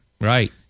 Right